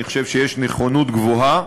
אני חושב שיש נכונות גבוהה